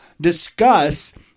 Discuss